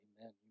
Amen